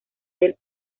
del